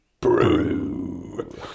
Brew